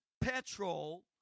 petrol